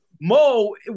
Mo